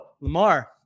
Lamar